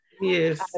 Yes